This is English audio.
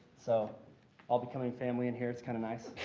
so all becoming family in here. it's kind of nice.